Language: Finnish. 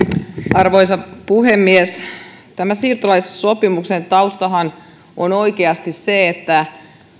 arvoisa puhemies tämän siirtolaissopimuksen taustahan on oikeasti se että